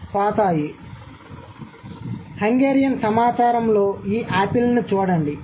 కాబట్టి హంగేరియన్ సమాచారంలో ఈ ఆపిల్ను చూడండి